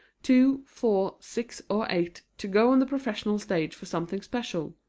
two, four, six or eight, to go on the professional stage for something special.